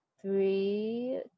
three